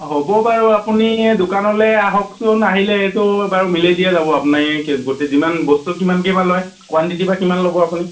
হ'ব বাৰু আপুনি দোকানলৈ আহকচোন আহিলে সেইটো বাৰু মিলাই দিয়া যাব আপুনি গোটেই যিমান বস্তু কিমানকৈ বা লয় কোৱানটিটি বা কিমান ল'ব আপুনি